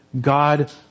God